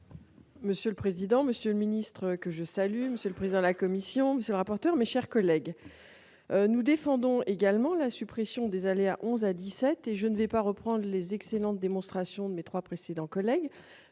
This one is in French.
Monsieur le président, monsieur ministre que je salue Monsieur le Président, la commission monsieur rapporteur, mes chers collègues, nous défendons également la suppression des aléas 11 à 17 et je ne vais pas reprend les excellente démonstration de mes 3 précédents collègues